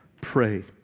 pray